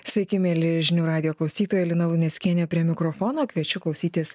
sveiki mieli žinių radijo klausytojai lina luneckienė prie mikrofono kviečiu klausytis